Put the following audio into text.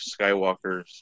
Skywalkers